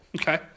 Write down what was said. Okay